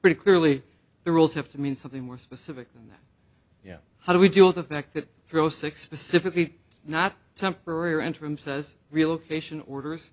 pretty clearly the rules have to mean something more specific than that yeah how do we do all the fact that throw six specifically not temporary or interim says relocation orders